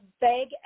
vague